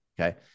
okay